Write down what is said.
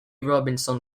robinson